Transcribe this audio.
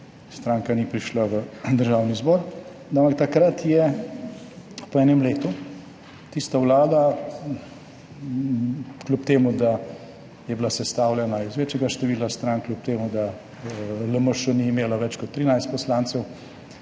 stranka ni prišla v Državni zbor, ampak takrat je po enem letu tista vlada, kljub temu da je bila sestavljena iz večjega števila strank, kljub temu da LMŠ ni imela več kot 13 poslancev,